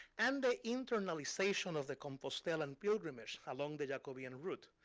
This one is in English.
and the internalization of the compostelan pilgrimage along the jacobean route.